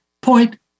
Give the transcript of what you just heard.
point